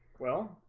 well